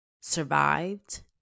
survived